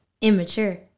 immature